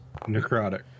necrotic